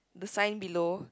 the sign below